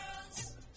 girls